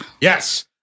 Yes